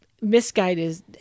Misguided